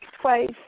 twice